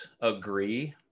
agree